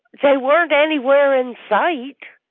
they weren't anywhere in sight.